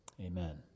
Amen